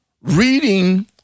reading